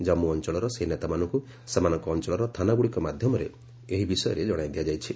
ଜାମ୍ମୁ ଅଞ୍ଚଳର ସେହି ନେତାମାନଙ୍କୁ ସେମାନଙ୍କ ଅଞ୍ଚଳର ଥାନାଗୁଡ଼ିକ ମାଧ୍ୟମରେ ଏ ବିଷୟରେ ଜଣାଇ ଦିଆଯାଇଛି